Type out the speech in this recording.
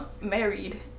married